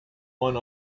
one